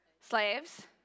Slaves